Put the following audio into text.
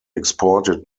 exported